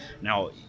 Now